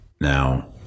Now